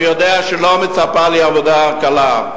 אני יודע שלא מצפה לי עבודה קלה,